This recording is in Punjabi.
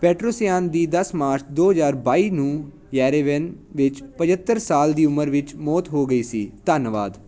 ਪੈਟ੍ਰੋਸਯਾਨ ਦੀ ਦਸ ਮਾਰਚ ਦੋ ਹਜ਼ਾਰ ਬਾਈ ਨੂੰ ਯੇਰੇਵਨ ਵਿੱਚ ਪਚਤੱਰ ਸਾਲ ਦੀ ਉਮਰ ਵਿੱਚ ਮੌਤ ਹੋ ਗਈ ਸੀ ਧੰਨਵਾਦ